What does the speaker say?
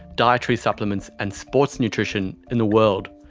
dietary supplements and sports nutrition in the world.